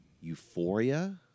euphoria